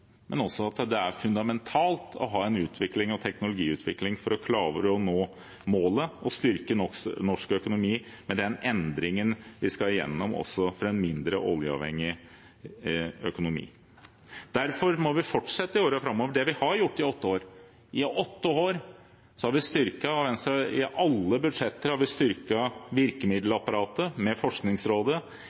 men også fordi det er fundamentalt å ha en utvikling og teknologiutvikling for å klare å nå målet og styrke norsk økonomi med den endringen vi også skal gjennom, til en mindre oljeavhengig økonomi. Derfor må vi i årene framover fortsette med det vi har gjort i åtte år. I åtte år har Venstre og regjeringen i alle budsjetter styrket virkemiddelapparatet, med Forskningsrådet